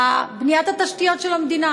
בבניית התשתיות של המדינה.